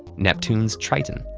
neptune's triton,